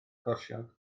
corsiog